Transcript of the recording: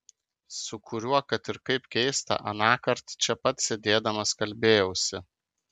su kuriuo kad ir kaip keista anąkart čia pat sėdėdamas kalbėjausi